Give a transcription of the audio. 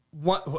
one